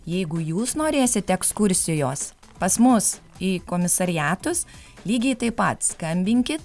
jeigu jūs norėsit ekskursijos pas mus į komisariatus lygiai taip pat skambinkit